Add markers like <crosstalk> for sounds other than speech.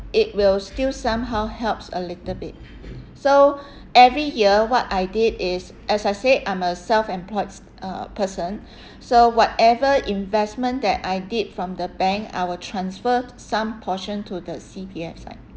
it will still somehow helps a little bit so every year what I did is as I said I'm a self-employed uh person <breath> so whatever investment that I did from the bank I will transfer some portion to the C_P_F side